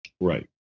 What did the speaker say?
Right